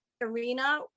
arena